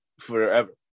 forever